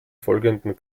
folgenden